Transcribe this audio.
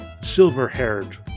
silver-haired